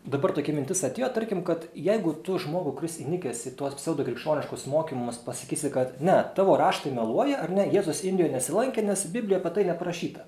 dabar tokia mintis atėjo tarkim kad jeigu tu žmogų kuris įnikęs į tuos pseudokrikščioniškus mokymus pasakysi kad ne tavo raštai meluoja ar ne jėzus indijoj nesilankė nes biblijoj apie tai neprašyta